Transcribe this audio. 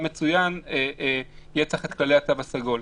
מצוין יהיה צריך את כללי התו הסגול.